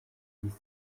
six